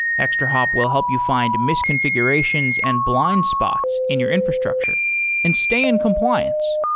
extrahop will help you find misconfigurations and blind spots in your infrastructure and stay in compliance.